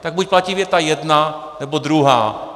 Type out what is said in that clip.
Tak buď platí věta jedna, nebo druhá.